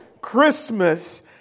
Christmas